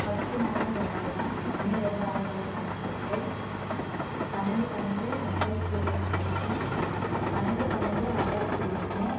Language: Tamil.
பத்து நாலு ரெண்டாயிரம் ஒன்று ரெண்டு ஆயிரத்தி தொளாயிரத்தி தொண்ணூற்றி எட்டு பன்னெரெண்டு பன்னெரெண்டு ரெண்டாயித்தி இருபத்தி ஒன்று பன்னெரெண்டு பன்னெரெண்டு ரெண்டாயித்தி ஒன்று